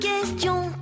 questions